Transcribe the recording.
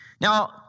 Now